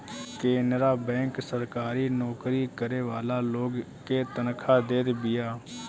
Canara bank सरकारी नोकरी करे वाला लोग के तनखा देत बिया